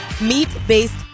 meat-based